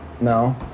No